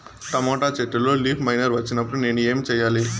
Tomato చెట్టులో leaf miner వచ్చినప్పుడు నేను ఏమి చెయ్యాలి?